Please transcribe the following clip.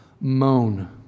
moan